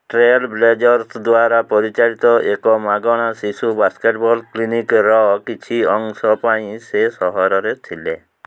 trail Blazers ଦ୍ୱାରା ପରିଚାଳିତ ଏକ ମାଗଣା ଶିଶୁ ବାସ୍କେଟବଲ୍ କ୍ଲିନିକ୍ର କିଛି ଅଂଶ ପାଇଁ ସେ ସହରରେ ଥିଲେ